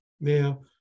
now